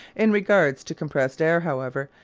in regard to compressed air, however,